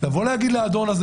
לבוא ולהגיד לאדון הזה,